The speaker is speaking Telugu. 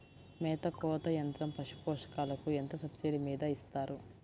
మేత కోత యంత్రం పశుపోషకాలకు ఎంత సబ్సిడీ మీద ఇస్తారు?